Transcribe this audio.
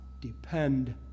depend